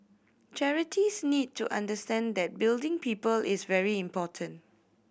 charities need to understand that building people is very important